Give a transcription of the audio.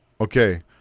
okay